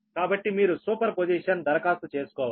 కాబట్టి మీరు సూపర్పోజిషన్ దరఖాస్తు చేసుకోవాలి